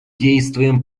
действуем